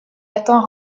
atteint